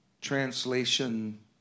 translation